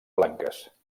blanques